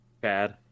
Bad